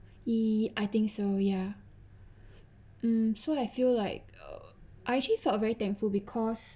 ye~ I think so ya mm so I feel like I actually felt very thankful because